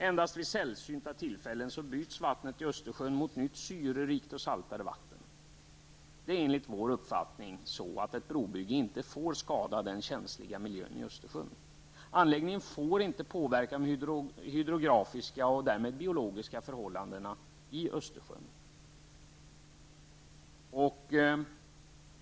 Endast vid sällsynta tillfällen byts vattnet i Östersjön mot nytt syrerikt och saltare vatten. Enligt vår uppfattning får ett brobygge inte skada den känsliga miljön i Östersjön. Anläggningen får inte påverka de hydrografiska och därmed biologiska förhållandena i Östersjön.